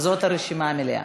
זאת הרשימה המלאה.